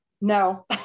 No